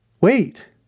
wait